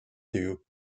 through